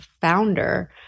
founder